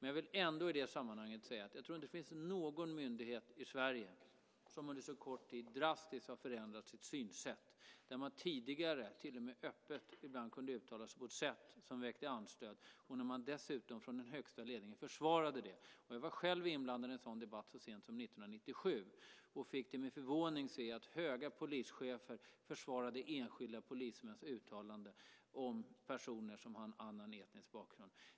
Jag vill ändå säga att jag tror att det inte finns någon myndighet i Sverige som under så kort tid så drastiskt har förändrat sitt synsätt. Tidigare kunde man ibland till och med öppet uttala sig på ett sätt som väckte anstöt. Från den högsta ledningen försvarade man det. Jag var själv inblandad i en sådan debatt så sent som 1997 och fick till min förvåning se att höga polischefer försvarade enskilda polismäns uttalanden om personer med annan etnisk bakgrund.